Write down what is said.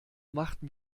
machten